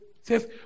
Says